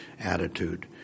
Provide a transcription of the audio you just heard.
attitude